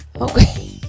Okay